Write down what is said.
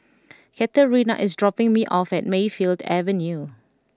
Katerina is dropping me off at Mayfield Avenue